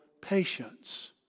patience